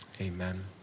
amen